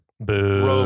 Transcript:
Boo